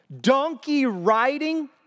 donkey-riding